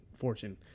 fortune